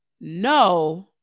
no